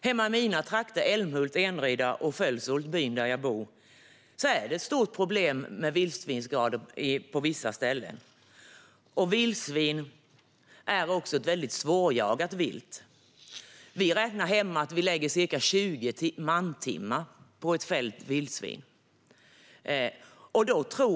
Hemma i mina trakter - Älmhult, Eneryda och Fölshult, byn där jag bor - är det ett stort problem med vildsvinsskador på vissa ställen. Vildsvin är också ett väldigt svårjagat vilt. Hemma räknar vi med att vi lägger ca 20 mantimmar på ett fällt vildsvin.